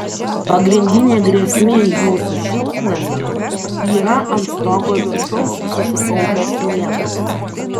pagrindinė grėsmė jūsų šiltnamiui yra ant stogo viršaus susikaupęs sniegas